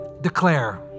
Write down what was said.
declare